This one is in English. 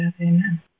Amen